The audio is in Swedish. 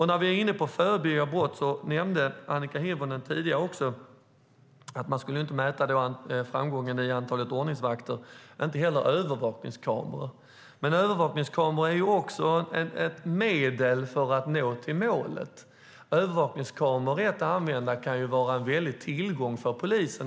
När vi är inne på förebyggande av brott: Annika Hirvonen nämnde tidigare att man inte skulle mäta framgången i antalet ordningsvakter och inte heller i antalet övervakningskameror. Men övervakningskameror är också ett medel för att nå målet. Rätt använda övervakningskameror kan vara en väldig tillgång för polisen.